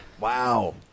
Wow